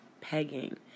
pegging